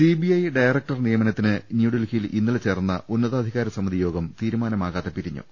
CBI director നിയമനത്തിന് ന്യൂഡൽഹിയിൽ ഇന്നലെ ചേർന്ന ഉന്നതാധികാര സമിതി യോഗം തീരുമാനമാകാതെ പിരിഞ്ഞു